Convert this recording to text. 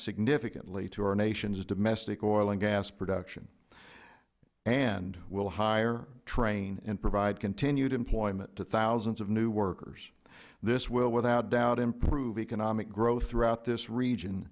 significantly to our nation's domestic oil and gas production and will hire train and provide continued employment to thousands of new workers this will without doubt improve economic growth throughout this region